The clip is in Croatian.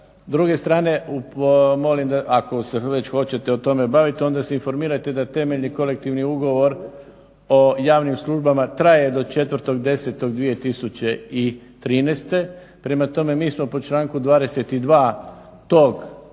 druge strane molim ako se već hoćete time baviti onda se informirajte da temeljni kolektivni ugovor o javnim službama traje do 4.10.2013., prema tome mi smo po članku 22.